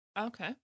Okay